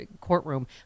courtroom